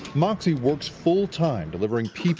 moxie works full time delivering ppe,